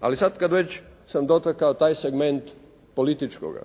Ali sad kad već sam dotakao taj segment političkoga,